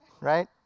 Right